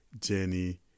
Jenny